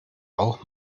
auch